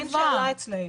קמפיין --- אצלנו.